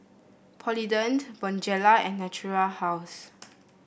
Polident Bonjela and Natura House